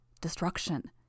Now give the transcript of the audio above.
Destruction